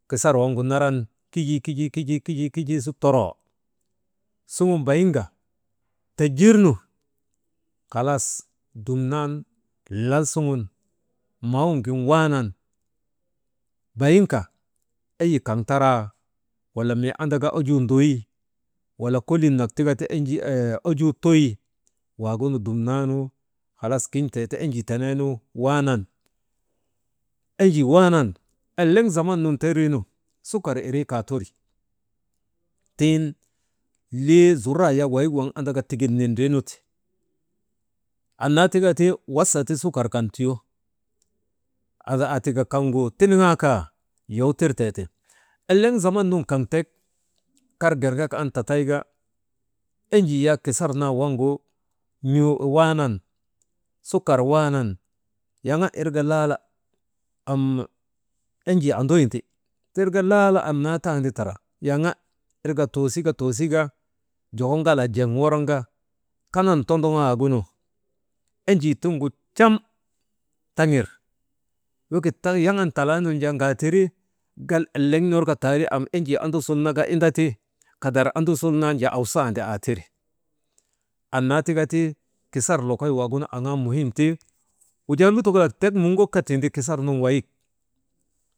Kisar waŋgu naran kijii, kijii, kijii, suŋun bayinka tojirnu halas dumnan lal suŋun maawun gin waanan, bayinka ayi kaŋ taraa wala mii andaka ojuu nduy wala kolin nak tika «hesitation » ojuu tuy waagunu dumnaanu halas kin̰tee ti enjii teneenu waanan, enjii waanan eliŋ zaman nun teriinu sukar irii kaateri tiŋ zuraa yak wayik waŋ andaka tigik nindriinuti, annaa tika ti wasa ti sukkar kan tiyo ay aatika kaŋgu tiniŋaa kaa, yow tir tee ti. Eliŋ zaman nun kaŋ kar gerŋek an tatayka enjii yak kisar naa waŋgu n̰oo waanan sukar waanan, yaŋa irka laala am enjii anduyndi, tirka laala annaa taani tara yaŋa irka toosika, toosika joko ŋalaa jiŋ worŋoka kanan tondoŋoo waagunu enjii tiŋgu trem taŋir wekik «hesitation» yaŋan talaanun jaa ŋaatirii gal eleŋ ner kaa taari am enjii andusulnaka inda ti kadar andusulnaan jaa awasandi aatiri. Annaa tika ti, kisar lokoky waagunu aŋaa muhim ti, wujaa lutokalak tek nuyok kaa tinbi kisar nun wayik.